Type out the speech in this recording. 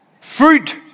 Fruit